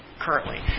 currently